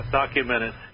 documented